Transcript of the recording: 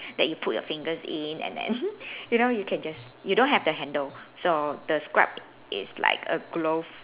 that you put your fingers in and then you know you can just you don't have the handle so the scrub is like a glove